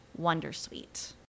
Wondersuite